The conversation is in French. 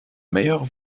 meilleure